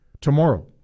tomorrow